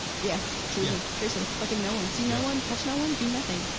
yeah, truly. and seriously, fucking no one. see no one touch, no one do nothing.